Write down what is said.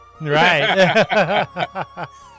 Right